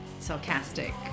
sarcastic